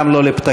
גם לא לפתקים.